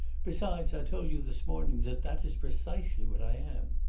besides, i told you this morning that that is precisely what i am.